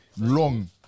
Long